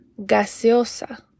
Gaseosa